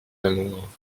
amours